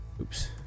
Oops